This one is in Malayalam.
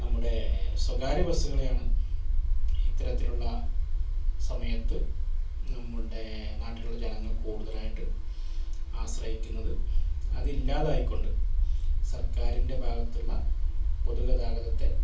നമ്മുടെ സ്വകാര്യ ബസ്സുകളെയാണ് ഇത്തരത്തിലുള്ള സമയത്ത് നമ്മുടെ നാട്ടിലുള്ള ജനങ്ങള് കൂടുതലായിട്ട് ആശ്രയിക്കുന്നത് അതില്ലാതായി കൊണ്ട്സാർക്കാരിൻ്റെ ഭാഗത്തുള്ള പൊതു ഗതാഗതത്തെ